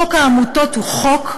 חוק העמותות הוא חוק,